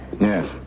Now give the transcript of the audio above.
Yes